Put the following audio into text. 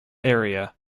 area